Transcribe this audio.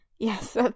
yes